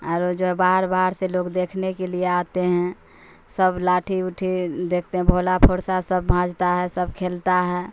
اور جو ہے باہر باہر سے لوگ دیکھنے کے لیے آتے ہیں سب لاٹھی وٹھی دیکھتے ہیں بھالا فرسا سب بھانجتا ہے سب کھیلتا ہے